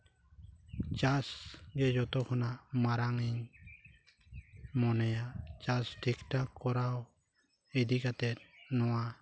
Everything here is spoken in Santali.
ᱪᱟᱥ ᱜᱮ ᱡᱚᱛᱚ ᱠᱷᱚᱱᱟᱜ ᱢᱟᱨᱟᱝᱤᱧ ᱢᱚᱱᱮᱭᱟ ᱪᱟᱥ ᱴᱷᱤᱠᱼᱴᱷᱟᱠ ᱠᱚᱨᱟᱣ ᱤᱫᱤ ᱠᱟᱛᱮᱫ ᱱᱚᱣᱟ